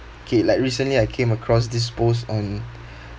okay like recently I came across this post on